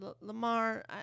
Lamar